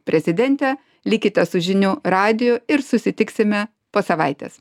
prezidentė likite su žinių radiju ir susitiksime po savaitės